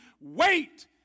wait